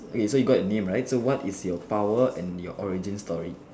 is you got your name right what is your power and your origin story